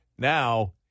Now